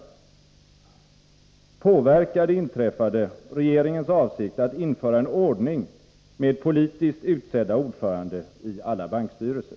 Påverkar det inträffade regeringens avsikt att införa en ordning med politiskt utsedda ordförande i alla bankstyrelser?